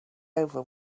over